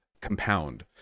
compound